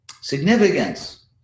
significance